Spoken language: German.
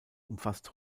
umfasst